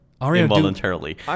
involuntarily